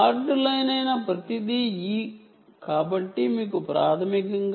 hard line అయిన ప్రతిదీ E